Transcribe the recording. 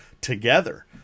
together